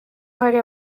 hari